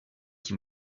qui